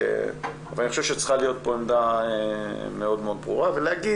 אני חושב שצריכה להיות פה עמדה מאוד מאוד ברורה ולהגיד